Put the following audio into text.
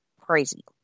crazy